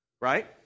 Right